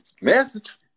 Message